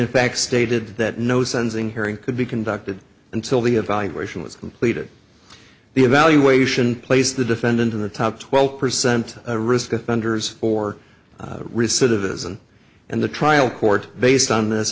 in fact stated that no sensing hearing could be conducted until the evaluation was completed the evaluation placed the defendant in the top twelve percent risk offenders or recidivism and the trial court based on this